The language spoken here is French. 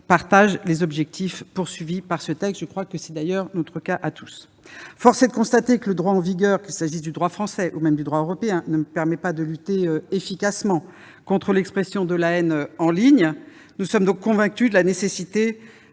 partagent les objectifs visés en l'espèce- c'est d'ailleurs, je crois, notre cas à tous. Force est de constater que le droit en vigueur, qu'il s'agisse du droit français ou du droit européen, ne nous permet pas de lutter efficacement contre l'expression de la haine en ligne. Nous sommes donc convaincus de la nécessité